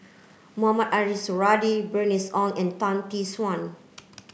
Mohamed Ariff Suradi Bernice Ong and Tan Tee Suan